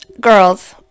girls